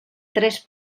tres